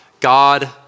God